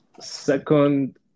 Second